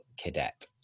cadet